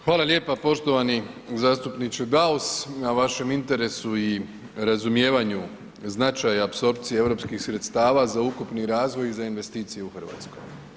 Hvala lijepa poštovani zastupniče Daus na vašem interesu i razumijevanju značaja i apsorpcije eu sredstava za ukupni razvoj i za investicije u Hrvatskoj.